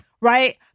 Right